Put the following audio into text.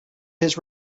his